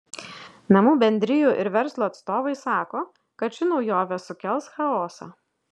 namų bendrijų ir verslo atstovai sako kad ši naujovė sukels chaosą